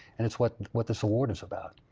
and it's what what this award is about.